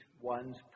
one's